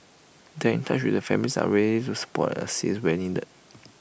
they are in touch with the family are ready to support and assist where needed